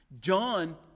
John